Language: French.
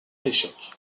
l’échec